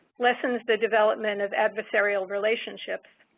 lessens the development of adversarial relationships,